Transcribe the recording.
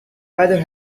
other